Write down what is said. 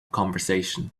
conversation